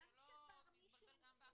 שלא נתבלבל גם באחריות.